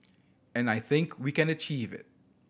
and I think we can achieve it